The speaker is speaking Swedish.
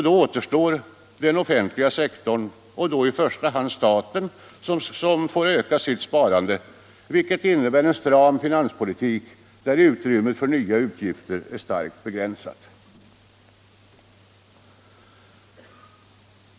Då återstår den offentliga sektorn och i första hand staten, som får öka sitt sparande, vilket innebär en stram finanspolitik där utrymmet för nya utgifter är starkt begränsat.